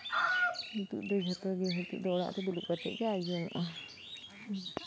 ᱱᱤᱛᱳᱜ ᱫᱚ ᱡᱷᱚᱛᱚᱜᱮ ᱱᱤᱛᱳᱜ ᱫᱚ ᱚᱲᱟᱜ ᱨᱮ ᱫᱩᱲᱩᱵ ᱠᱟᱛᱮᱫ ᱜᱮ ᱟᱸᱡᱚᱢᱚᱜᱼᱟ